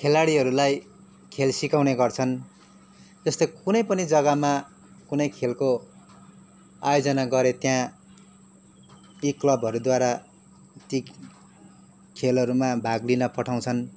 खेलाडीहरूलाई खेल सिकाउने गर्छन् जस्तै कुनै पनि जग्गामा कुनै खेलको आयोजना गरे त्यहाँ यी क्लबहरूद्वारा ती खेलहरूमा भाग लिन पठाउँछन्